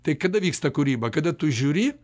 tai kada vyksta kūryba kada tu žiūri